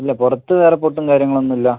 ഇല്ല പുറത്ത് വേറെ പൊട്ടും കാര്യങ്ങളൊന്നുമില്ല